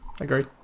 Agreed